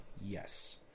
Yes